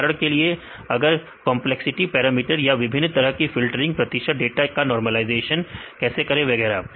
उदाहरण के लिए अगर कंपलेक्सिटी पैरामीटर या विभिन्न तरह की फिल्टरिंग प्रशिक्षित डाटा का नॉर्मलाइजेशन कैसे करें वगैरह